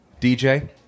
DJ